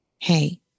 Hey